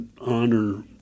honor